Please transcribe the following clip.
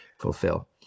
fulfill